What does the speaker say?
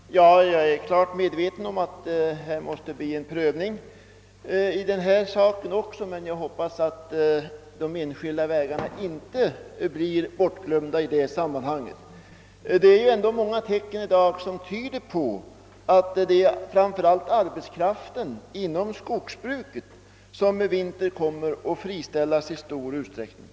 Herr talman! Jag är klart medveten om att det måste bli en prövning i denna sak också, men jag hoppas att de enskilda vägarna inte skall bli bortglömda i det sammanhanget. Det är ändå många tecken som i dag tyder på att det framför allt är arbetskraften inom skogsbruket som i vinter kommer att friställas i stor utsträckning.